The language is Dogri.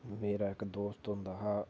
मेरा इक दोस्त होंदा हा